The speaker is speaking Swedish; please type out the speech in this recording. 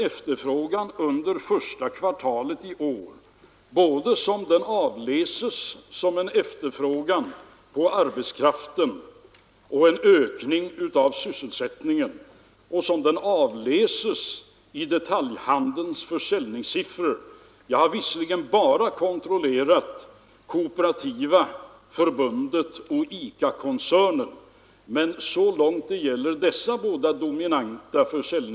Sedan ställde herr Burenstam Linder frågan till mig: Hur kan Sträng gå med på uppgörelsen; Sträng höll ju ett föredrag i Ramnäs där han frågade om oppositionens förslag skulle läggas ovanpå regeringens förslag?